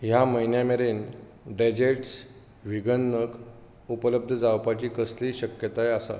ह्या म्हयन्या मेरेन डेजेटस् व्हीगन नग उपलब्ध जावपाची कसलीय शक्यताय आसा